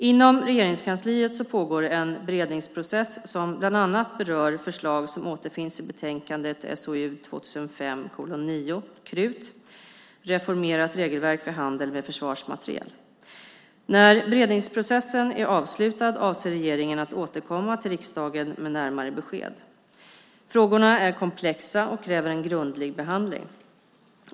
Inom Regeringskansliet pågår en beredningsprocess som bland annat berör förslag som återfinns i betänkandet SOU 2005:9, KRUT - Reformerat regelverk för handel med försvarsmateriel . När beredningsprocessen är avslutad avser regeringen att återkomma till riksdagen med närmare besked. Frågorna är komplexa och kräver en grundlig behandling.